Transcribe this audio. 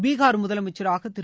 பீகார் முதலமைச்சராக திரு